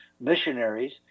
missionaries